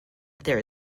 there